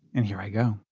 and here i go.